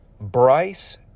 Bryce